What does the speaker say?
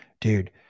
Dude